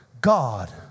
God